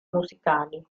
musicali